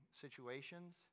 situations